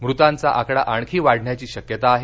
मृतांचा आकडा आणखी वाढण्याची शक्यता आहे